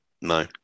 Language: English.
No